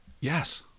Yes